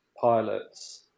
pilots